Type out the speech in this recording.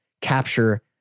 capture